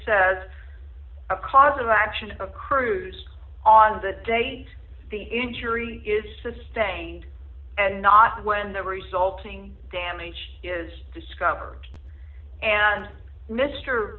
says a cause of action a cruise on the date the injury is sustained and not when the resulting damage is discovered and mr